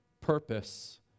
purpose